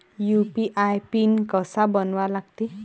UPI PIN कसा बनवा लागते?